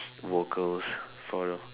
vocals follow